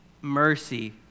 mercy